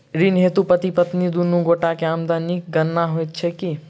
ऋण हेतु पति पत्नी दुनू गोटा केँ आमदनीक गणना होइत की?